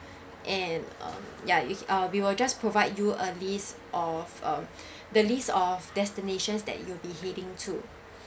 ya if we will just provide you a list of uh the list of destinations that you'll be heading to